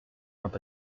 not